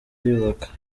yubaka